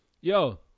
Yo